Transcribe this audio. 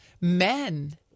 men